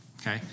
Okay